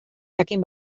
jakin